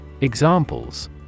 Examples